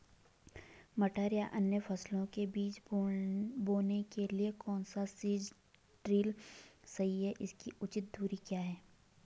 मटर या अन्य फसलों के बीज बोने के लिए कौन सा सीड ड्रील सही है इसकी उचित दूरी क्या है?